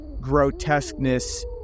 grotesqueness